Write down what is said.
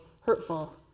hurtful